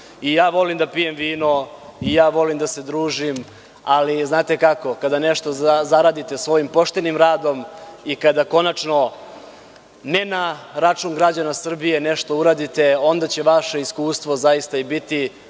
I ja volim da pijem vino, i ja volim da se družim, ali znate kako, kada nešto zaradite svojim poštenim radom i kada konačno ne na račun građana Srbije nešto uradite, onda će vaše iskustvo zaista i biti